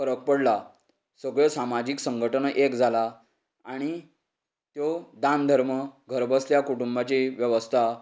फरक पडला सगळे सामाजीक संघटना एक जाल्यात आनी त्यो दान धर्म घर बसल्या कुटूंबाची वेवस्था